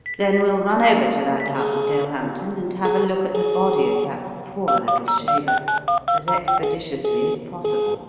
then we'll run over to that house at dalehampton and have a look at the body of that poor little shaver as expeditiously as possible.